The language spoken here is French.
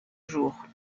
jour